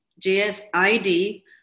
JSID